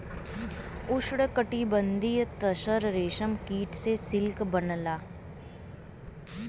उष्णकटिबंधीय तसर रेशम कीट से सिल्क बनला